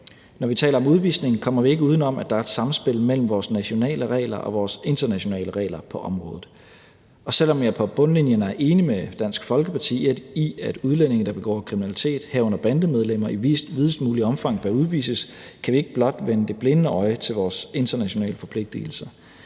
Når vi taler om udvisning, kommer vi ikke uden om, at der er et samspil mellem vores nationale regler og vores internationale regler på området. Og selv om jeg på bundlinjen er enig med Dansk Folkeparti i, at udlændinge, der begår kriminalitet, herunder bandemedlemmer, i videst muligt omfang bør udvises, kan vi ikke blot vende det blinde øje til vores internationale forpligtigelser.